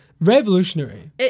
revolutionary